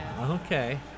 okay